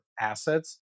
assets